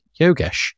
Yogesh